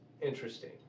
interesting